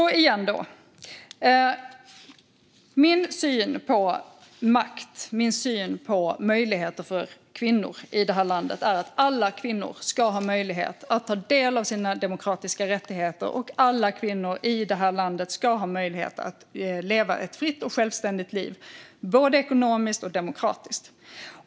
Min syn på makt och möjligheter för kvinnor i det här landet, återigen, är att alla kvinnor ska ha möjlighet att ta del av sina demokratiska rättigheter. Alla kvinnor i det här landet ska ha möjlighet att leva ett fritt och självständigt liv, både ekonomiskt och demokratiskt.